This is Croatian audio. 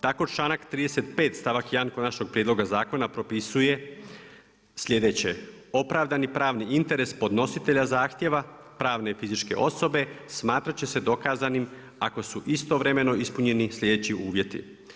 Tako članak 35. stavak 1 Konačnog prijedloga zakona, propisuju sljedeće, opravdani pravni interes podnositelja zahtjeva, pravne fizičke osobe smatra ti će se dokazanim, ako su istovremeno ispunjeni sljedeći uvjeti.